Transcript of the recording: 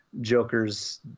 Joker's